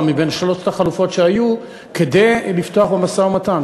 בשלוש החלופות שהיו כדי לפתוח במשא-ומתן,